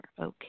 Okay